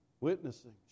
witnessing